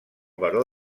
baró